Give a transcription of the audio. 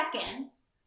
seconds